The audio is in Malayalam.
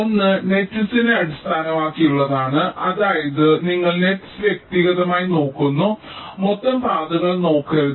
ഒന്ന് നെറ്റിസിനെ അടിസ്ഥാനമാക്കിയുള്ളതാണ് അതായത് നിങ്ങൾ നെറ്സ് വ്യക്തിഗതമായി നോക്കുന്നു മൊത്തം പാതകൾ നോക്കരുത്